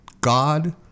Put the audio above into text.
god